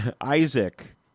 Isaac